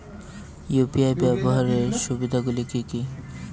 UPI ব্যাবহার সুবিধাগুলি কি কি?